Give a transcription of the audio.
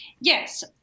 Yes